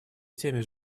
теми